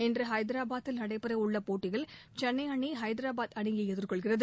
இன்று ஹைதராபாதில் நடைபெற உள்ள போட்டியில் சென்னை அணி ஹைதராபாத் அணியை எதிர்கொள்கிறது